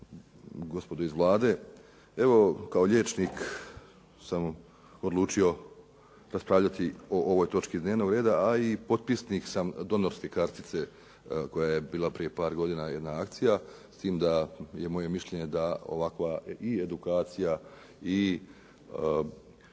gospodo iz Vlade. Evo kao liječnik sam odlučio raspravljati o ovoj točci dnevnog reda a i potpisnik sam donorske kartice koja je bila prije par godina jedna akcija s time da je moje mišljenje da ovakva i edukacija i